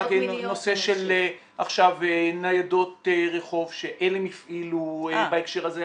היה נושא של ניידות רחוב שעלם הפעילו בהקשר הזה,